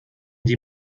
die